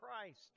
Christ